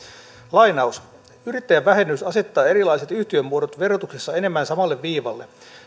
yrittäjävähennys asettaa erilaiset yhtiömuodot verotuksessa enemmän samalle viivalle